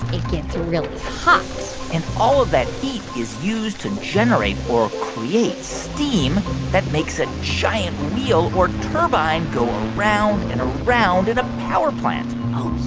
gets really hot and all of that heat is used to generate or create steam that makes a giant wheel or turbine go around and around in a power plant oh,